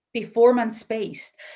performance-based